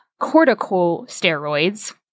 corticosteroids